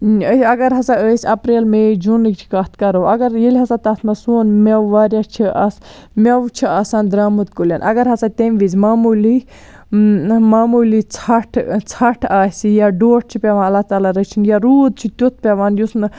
اگر ہَسا أسۍ ایپریل میے جوٗنٕچ کَتھ کرو اگر ییٚلہ ہَسا تتھ منٛز سون میوٕ واریاہ چھُ آسان میوٕ چھُ آسان درامُت کُلٮ۪ن اگر ہَسا تَمہِ وز معموٗلی معموٗلی ژھٹھ ژھٹھ آسہِ یا ڈوٹھ چھُ پیٚوان اللہ تعالیٰ رٔچھِنۍ یا روٗد چھُ تیُتھ پیٚوان یُس نہٕ